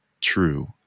true